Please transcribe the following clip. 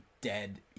dead